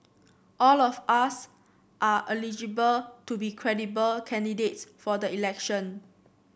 all of us are eligible to be credible candidates for the election